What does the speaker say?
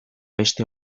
beste